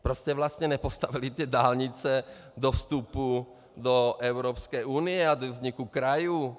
Proč jste vlastně nepostavili ty dálnice do vstupu do Evropské unie a do vzniku krajů?